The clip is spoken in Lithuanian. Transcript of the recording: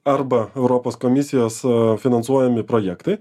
arba europos komisijos finansuojami projektai